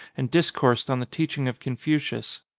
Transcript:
and discoursed on the teaching of confucius.